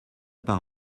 par